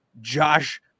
Josh